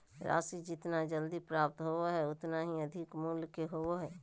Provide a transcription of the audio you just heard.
राशि जितना जल्दी प्राप्त होबो हइ उतना ही अधिक मूल्य के होबो हइ